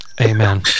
Amen